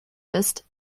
ist